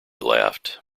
laughed